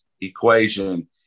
equation